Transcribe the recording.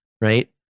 Right